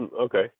Okay